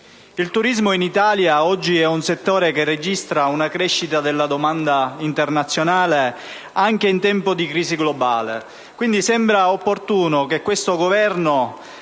il turismo, in Italia, è un settore che registra una crescita della domanda internazionale, anche in tempo di crisi globale. Quindi sembra opportuno che questo Governo